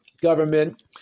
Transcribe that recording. government